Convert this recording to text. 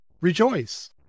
Rejoice